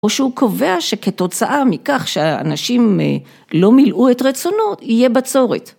או שהוא קובע שכתוצאה מכך ש...אנשים א...לא מילאו את רצונו, יהיה בצורת.